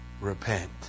Repent